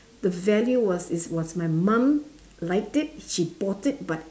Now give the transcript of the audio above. the value was it was my mom liked it she bought it but